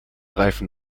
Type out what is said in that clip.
reifen